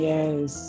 Yes